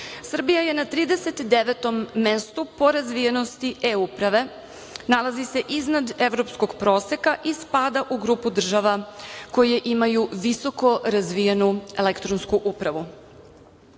Srbija je na 39. mestu po razvijenosti e-uprave. Nalazi se iznad evropskog proseka i spada u grupu država koje imaju visoko razvijenu elektronsku upravu.S